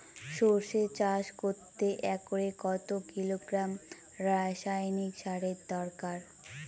সরষে চাষ করতে একরে কত কিলোগ্রাম রাসায়নি সারের দরকার?